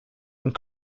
and